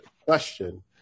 question